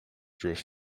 through